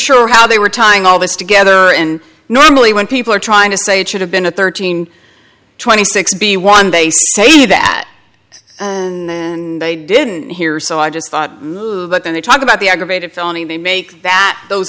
unsure how they were tying all this together and normally when people are trying to say it should have been a thirteen twenty six b one they say that and and they didn't hear so i just thought but then they talk about the aggravated felony and they make that those